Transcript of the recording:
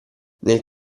nel